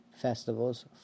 festivals